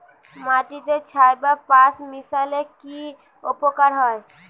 মাটিতে ছাই বা পাঁশ মিশালে কি উপকার হয়?